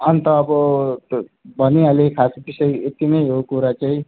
अन्त अब भनिहालेँ खास विषय यति नै हो कुरा चाहिँ